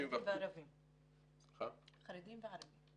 חרדים וערבים.